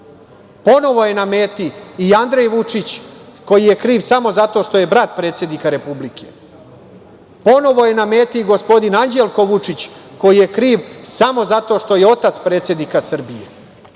Ponovo je na meti i Andrej Vučić, koji je kriv samo zato što je brat predsednika Republike. Ponovo je na meti gospodin Anđelko Vučić, koji je kriv samo zato što je otac predsednika Srbije. Kakva